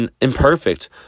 imperfect